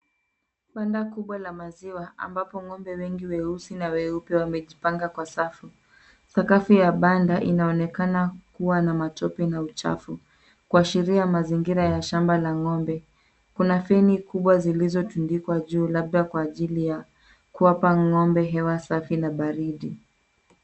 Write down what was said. Banda kubwa la maziwa ambapo ng'ombe wengi weusi na wuepe wamejipanga kwa safu. Sakafu ya banda inaonekana kua na matope na uchafu kuashiria mazingira ya shamba la ng'ombe. Kuna feni kubwa zilizo tundikwa juu labda kwa ajili ya kuwapa ng'ombe hewa safi na baridi.